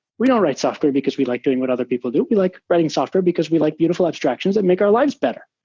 we don't write software because we like doing what other people do. we like writing software because we like beautiful abstractions that make our lives better,